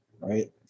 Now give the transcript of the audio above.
right